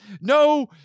No